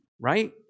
Right